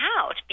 out